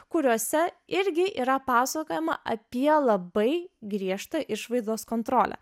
kuriuose irgi yra pasakojama apie labai griežtą išvaizdos kontrolę